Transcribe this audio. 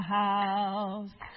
house